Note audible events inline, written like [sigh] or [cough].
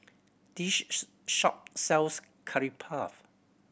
[unintelligible] shop sells Curry Puff